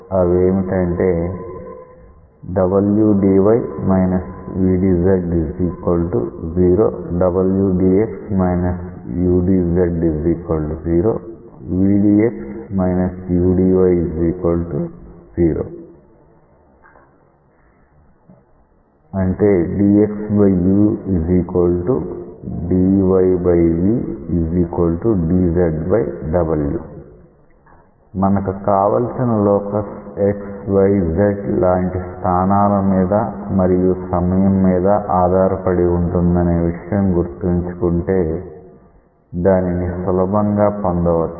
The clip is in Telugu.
అవేమిటంటే మనకి కావాల్సిన లోకస్ x y z లాంటి స్థానాల మీద మరియు సమయం మీద ఆధారపడి వుంటుందనే విషయం గుర్తుంచుకుంటే దానిని సులభంగా పొందవచ్చు